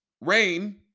rain